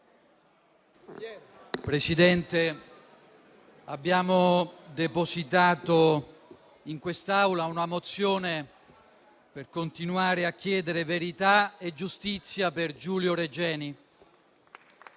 Presidente, abbiamo depositato in quest'Aula una mozione per continuare a chiedere verità e giustizia per Giulio Regeni